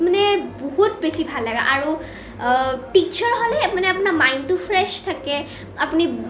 মানে বহুত বেছি ভাল লাগে আৰু টিছাৰ হ'লে মানে আপোনাৰ মাইণ্ডটো ফ্ৰেছ থাকে আপুনি